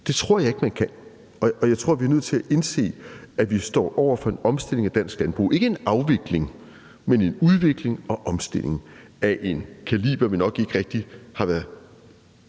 Det tror jeg ikke at man kan, og jeg tror, at vi nødt til at indse, at vi står over for en omstilling af dansk landbrug, ikke en afvikling, men en udvikling og omstilling af en kaliber, vi nok ikke rigtig har været